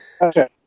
Okay